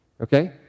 Okay